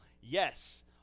Yes